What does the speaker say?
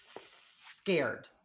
scared